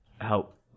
help